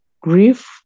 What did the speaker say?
grief